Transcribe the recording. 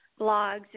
blogs